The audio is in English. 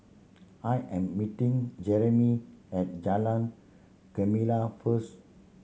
I am meeting Jereme at Jalan Gemala first